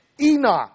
Enoch